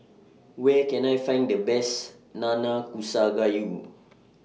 Where Can I Find The Best Nanakusa Gayu